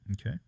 Okay